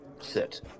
sit